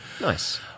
Nice